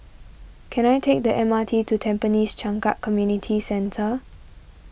can I take the M R T to Tampines Changkat Community Centre